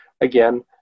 Again